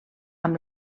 amb